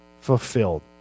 fulfilled